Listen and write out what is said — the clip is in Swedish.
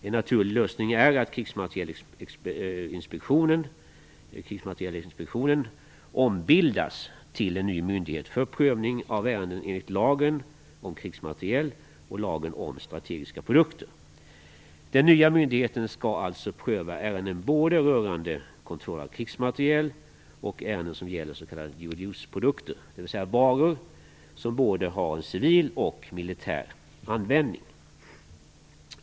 En naturlig lösning är att Krigsmaterielinspektionen ombildas till en ny myndighet för prövning av ärenden enligt lagen om krigsmateriel och lagen om strategiska produkter. Den nya myndigheten skall alltså pröva ärenden både rörande kontroll av krigsmateriel och ärenden som gäller s.k. dual useprodukter, dvs. varor som har både civil och militär användning.